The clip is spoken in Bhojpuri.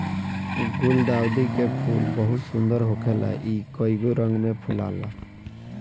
गुलदाउदी के फूल बहुत सुंदर होखेला इ कइगो रंग में फुलाला